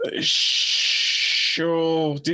sure